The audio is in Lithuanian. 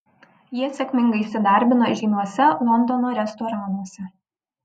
jie sėkmingai įsidarbino žymiuose londono restoranuose